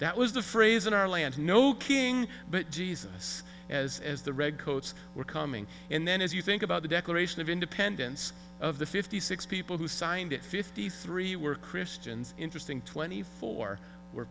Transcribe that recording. that was the phrase in our land no king but jesus as as the red coats were coming and then as you think about the declaration of independence of the fifty six people who signed it fifth three were christians interesting twenty four were